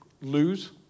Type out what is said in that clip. lose